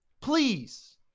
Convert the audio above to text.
please